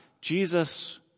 Jesus